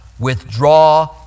withdraw